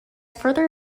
further